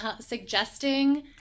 Suggesting